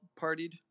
partied